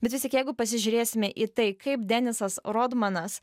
bet vis tik jeigu pasižiūrėsime į tai kaip denisas rodmanas